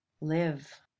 live